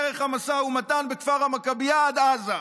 דרך המשא ומתן בכפר המכביה עד עזה.